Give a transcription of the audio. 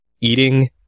eating